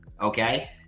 okay